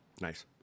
Nice